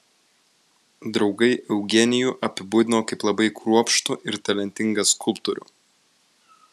draugai eugenijų apibūdino kaip labai kruopštų ir talentingą skulptorių